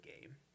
game